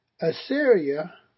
Assyria